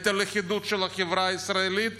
את הלכידות של החברה הישראלית,